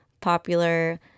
popular